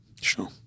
Sure